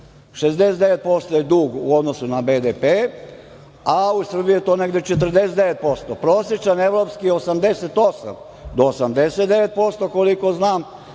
69% je dug u odnosu na BDP, a u Srbiji je to negde 49%. Prosečan evropski 88% do 89%, koliko znam,